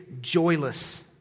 joyless